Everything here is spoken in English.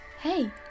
Hey